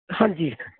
ਹਾਂਜੀ